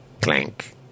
clank